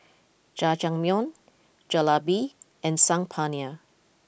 Jajangmyeon Jalebi and Saag Paneer